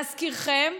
להזכירכם,